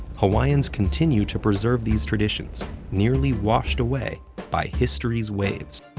hawaiians continue to preserve these traditions nearly washed away by history's waves.